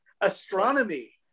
astronomy